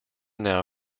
now